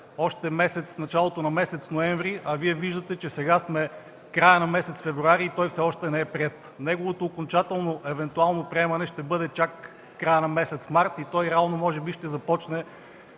още в началото на месец ноември, а Вие виждате, че сега сме края на месец февруари и той все още не е приет. Неговото евентуално окончателно приемане ще бъде чак края на месец март и той може би реално